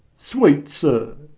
sweet sir,